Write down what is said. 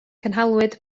cynhaliwyd